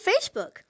Facebook